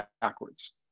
backwards